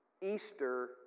Easter